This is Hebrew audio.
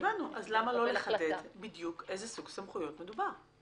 הבנו, אז למה לא לחדד בדיוק איזה סמכויות מדובר?